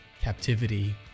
captivity